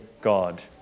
God